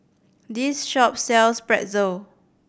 this shop sells Pretzel